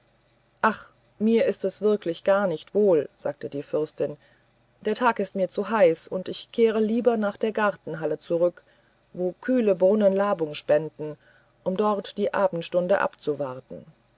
ach mir ist es wirklich gar nicht wohl sagte die fürstin der tag ist mir zu heiß und ich kehre lieber nach der gartenhalle zurück wo kühle brunnen labung spenden um dort die abendstunde abzuwarten